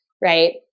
right